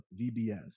VBS